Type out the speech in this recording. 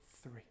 three